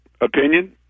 opinion